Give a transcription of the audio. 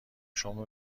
شما